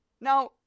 Now